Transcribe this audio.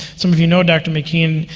some of you know dr. mckeon.